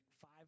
five